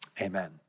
Amen